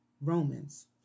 Romans